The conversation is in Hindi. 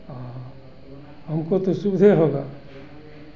आ हमको तो सुविधे होगा